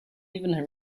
even